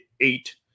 eight